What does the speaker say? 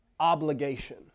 obligation